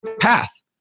path